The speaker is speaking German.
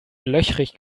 löchrig